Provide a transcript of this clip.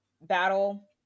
battle